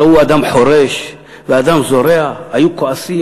ראו אדם חורש ואדם זורע, היו כועסים.